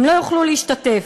הם לא יוכלו להשתתף.